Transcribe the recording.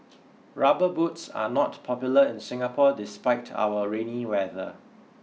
rubber boots are not popular in Singapore despite our rainy weather